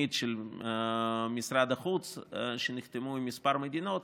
של משרד החוץ שנחתמו עם כמה מדינות.